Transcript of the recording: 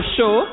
Show